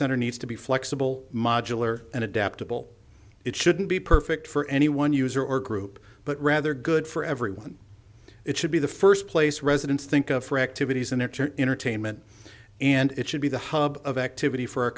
center needs to be flexible modular and adaptable it shouldn't be perfect for any one user or group but rather good for everyone it should be the first place residents think of for activities and intertainment and it should be the hub of activity for